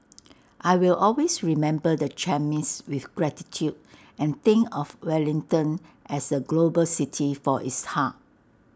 I will always remember the chemist with gratitude and think of Wellington as A global city for its heart